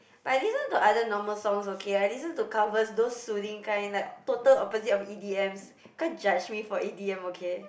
but I listen to other normal songs okay I listen to covers those soothing kind like total opposite of E_D_Ms you can't judge me for E_D_M okay